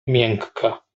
miękka